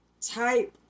type